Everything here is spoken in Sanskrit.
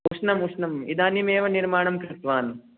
उष्णम् उष्णम् इदानीम् एव निर्माणं कृतवान्